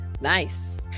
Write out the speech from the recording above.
Nice